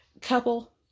couple